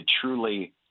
truly